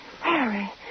Harry